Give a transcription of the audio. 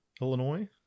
Illinois